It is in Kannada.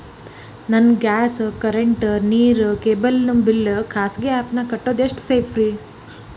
ನನ್ನ ಗ್ಯಾಸ್ ಕರೆಂಟ್, ನೇರು, ಕೇಬಲ್ ನ ಬಿಲ್ ಖಾಸಗಿ ಆ್ಯಪ್ ನ್ಯಾಗ್ ಕಟ್ಟೋದು ಎಷ್ಟು ಸೇಫ್ರಿ?